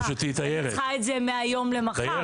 אני צריכה את זה מהיום למחר.